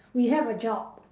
we have a job